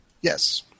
Yes